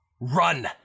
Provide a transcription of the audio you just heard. Run